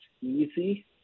easy